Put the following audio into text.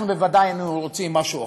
אנחנו בוודאי היינו רוצים משהו אחר,